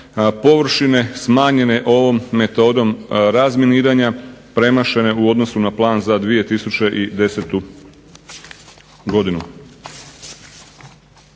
površine smanjene ovom metodom razminiranja premašene u odnosu na plan za 2010. godinu.